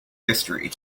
history